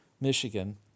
Michigan